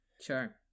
Sure